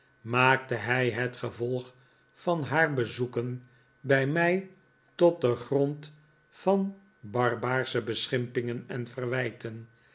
maakte hij het gevolg van haar bezoeken bij mij tot den grond van barbaarsche beschimpingen en verwijten